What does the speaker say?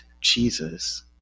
jesus